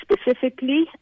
specifically